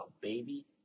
baby